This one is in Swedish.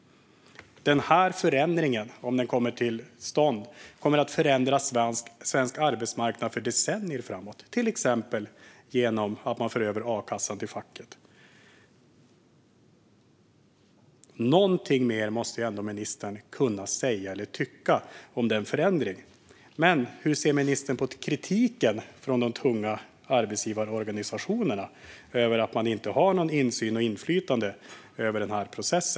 Om denna förändring kommer till stånd kommer den att förändra svensk arbetsmarknad i decennier framåt, till exempel genom att a-kassan förs över till facket. Något mer måste ministern ändå kunna säga och tycka om denna förändring. Hur ser ministern på kritiken från de tunga arbetsgivarorganisationerna om att de saknar insyn och inflytande i denna process?